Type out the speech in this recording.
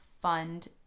Fund